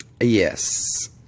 Yes